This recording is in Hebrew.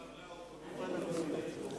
חברי האופוזיציה לא נמצאים,